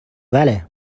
بله